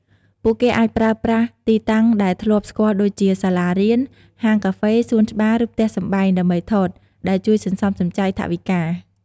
ពួកគេអាចប្រើប្រាស់ទីតាំងដែលធ្លាប់ស្គាល់ដូចជា សាលារៀន ហាងកាហ្វេ សួនច្បារ ឬផ្ទះសម្បែង ដើម្បីថត ដែលជួយសន្សំសំចៃថវិកា។